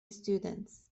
students